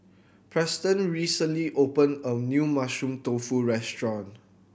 Preston recently opened a new Mushroom Tofu restaurant